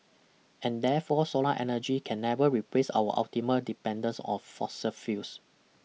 and therefore solar energy can never replace our ultimate dependence of fossil fuels